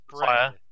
fire